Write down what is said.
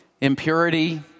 impurity